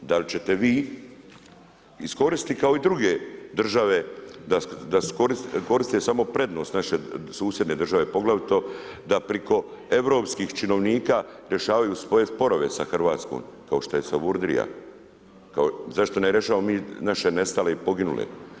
Da li ćete vi iskoristit kao i druge države da koriste samo prednost naše susjedne države poglavito da priko europskih činovnika rješavaju svoje sporove sa Hrvatskom kao što je Savudrija, zašto ne rješavamo mi naše nestale i poginule?